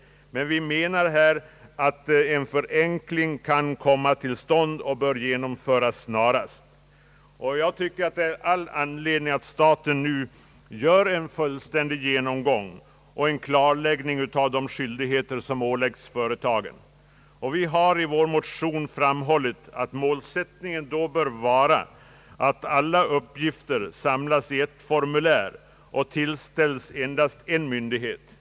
Vi menar dock att en förenkling kan komma till stånd och bör genomföras snarast. Därför tycker jag det finns all anledning för staten att nu göra en fullständig genomgång av dessa problem och klarlägga de skyldigheter som åläggs företagen. I vår motion har vi framhållit att målsättningen då bör vara, att alla uppgifter samlas på ett formulär och tillställes endast en myndighet.